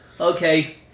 Okay